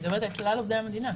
היא מדברת על כלל עובדי המדינה.